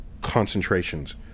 concentrations